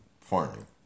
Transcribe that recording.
farming